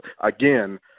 again